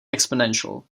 exponential